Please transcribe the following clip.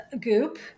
Goop